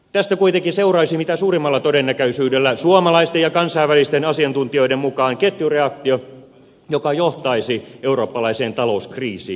tästä kuitenkin seuraisi mitä suurimmalla todennäköisyydellä suomalaisten ja kansainvälisten asiantuntijoiden mukaan ketjureaktio joka johtaisi eurooppalaiseen talouskriisiin